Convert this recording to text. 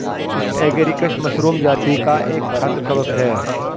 agaricus mushroom जाती का एक खाद्य कवक है